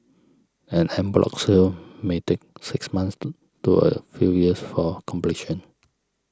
an en bloc sale may take six months to to a few years for completion